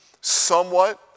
somewhat